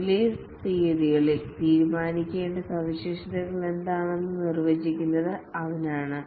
release തീയതിയിൽ തീരുമാനിക്കേണ്ട സവിശേഷതകൾ എന്താണെന്ന് നിർവചിക്കുന്നത് അവനാണ്